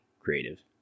creative